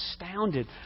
astounded